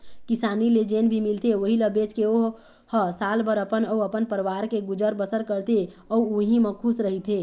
किसानी ले जेन भी मिलथे उहीं ल बेचके ओ ह सालभर अपन अउ अपन परवार के गुजर बसर करथे अउ उहीं म खुस रहिथे